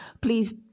Please